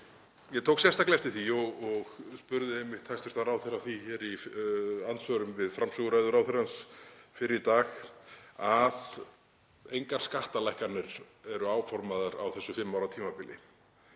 Ég tók sérstaklega eftir því, og spurði einmitt hæstv. ráðherra að því hér í andsvörum við framsöguræðu ráðherrans fyrr í dag, að engar skattalækkanir eru áformaðar á þessu fimm ára tímabili.